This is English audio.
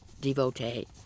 devotee